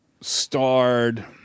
starred